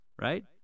right